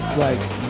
like-